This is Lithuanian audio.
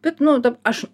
bet nu dab aš